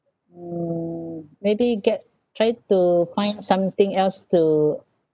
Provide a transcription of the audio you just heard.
mm maybe get try to find something else to